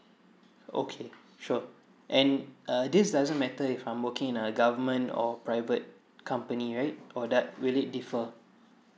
okay sure and uh this doesn't matter if I'm working in a government or private company right or that will it differ